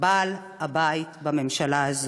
בעל-הבית בממשלה הזו.